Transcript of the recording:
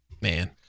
Man